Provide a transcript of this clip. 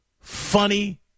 funny